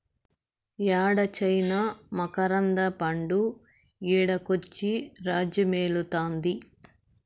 యేడ చైనా మకరంద పండు ఈడకొచ్చి రాజ్యమేలుతాంది